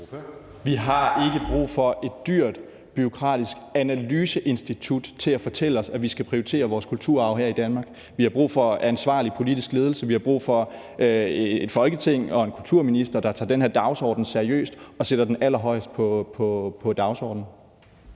Vi har ikke brug for et dyrt, bureaukratisk analyseinstitut til at fortælle os, at vi skal prioritere vores kulturarv her i Danmark. Vi har brug for en ansvarlig politisk ledelse, vi har brug for et Folketing og en kulturminister, der tager den her dagsorden seriøst og sætter den allerøverst.